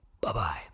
Bye-bye